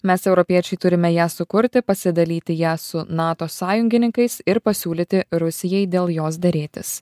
mes europiečiai turime ją sukurti pasidalyti ją su nato sąjungininkais ir pasiūlyti rusijai dėl jos derėtis